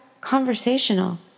conversational